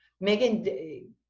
Megan